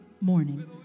morning